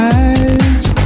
eyes